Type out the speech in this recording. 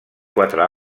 quatre